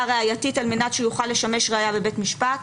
ראייתית על מנת שהוא יוכל לשמש ראיה בבית משפט.